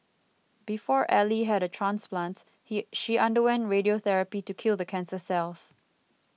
before Ally had a transplant he she underwent radiotherapy to kill the cancer cells